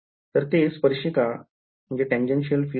तर ते स्पर्शिका म्हणजे tangential फील्ड आहे